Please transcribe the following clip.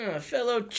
fellow